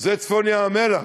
זה צפון ים-המלח,